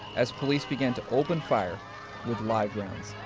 as police began to open fire with live rounds.